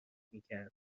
میکرد